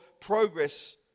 progress